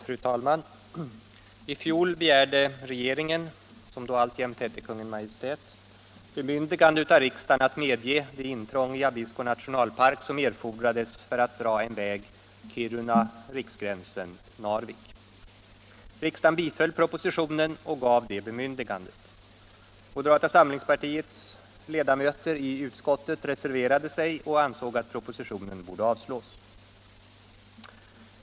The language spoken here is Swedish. Fru talman! I fjol begärde regeringen, som då ännu hette Kungl. Maj:t, bemyndigande av riksdagen att medge det intrång i Abisko nationalpark som erfordrades för att dra en väg Kiruna-Riksgränsen-Narvik. Riksdagen biföll propositionen och gav bemyndigandet. Moderata samlingspartiets ledamöter i utskottet reserverade sig och ansåg att propositionen borde avslås.